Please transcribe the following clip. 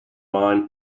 mine